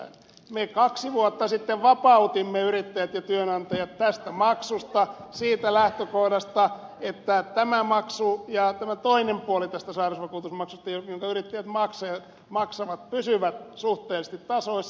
me kaksi vuotta sitten vapautimme yrittäjät ja työnantajat tästä maksusta siitä lähtökohdasta että tämä maksu ja tämä toinen puoli tästä sairausvakuutusmaksusta jonka yrittäjät maksavat pysyvät suhteellisesti tasoissa